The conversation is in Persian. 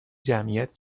جمعیت